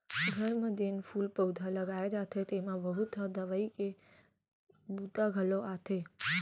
घर म जेन फूल पउधा लगाए जाथे तेमा बहुत ह दवई के बूता घलौ आथे